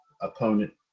opponent